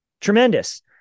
tremendous